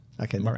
Okay